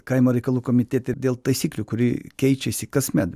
kaimo reikalų komitete dėl taisyklių kuri keičiasi kasmet